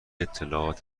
اطلاعات